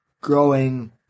growing